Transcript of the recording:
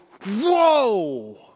whoa